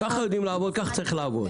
ככה יודעים לעבוד וככה צריך לעבוד.